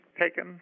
taken